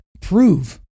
prove